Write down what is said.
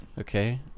Okay